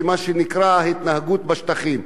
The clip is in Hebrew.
מה שנקרא "התנהגות בשטחים".